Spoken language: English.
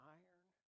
iron